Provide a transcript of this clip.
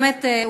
באמת,